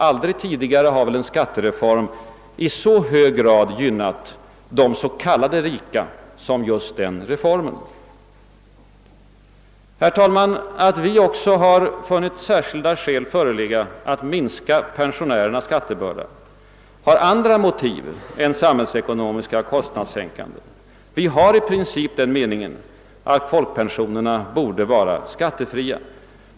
Aldrig tidigare har väl en skattereform i så hög grad gynnat de s.k. rika som just den reformen. Herr talman! Att vi också har funnit särskilda skäl föreligga för att minska pensionärernas skattebörda har andra motiv än samhällsekonomiska och kostnadssänkande. Vi har i princip den meningen att folkpensionerna borde vara skattefria.